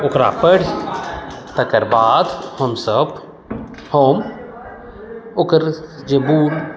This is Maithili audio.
ओकरा पढ़ि तकर बाद हम सभ हम ओकर जे मूल